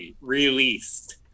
released